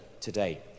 today